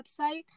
website